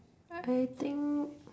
I think